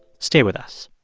stay with us